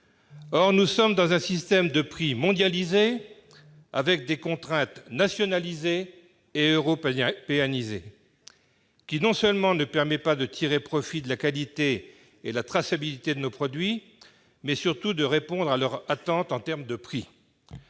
Or nous sommes dans un système de prix mondialisés avec des contraintes nationalisées et européanisées, qui ne permet ni de tirer profit de la qualité et de la traçabilité de nos produits ni, surtout, de répondre à leur attente en termes de prix.